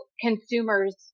consumers